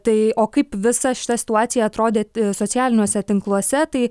tai o kaip visa šita situacija atrodė socialiniuose tinkluose tai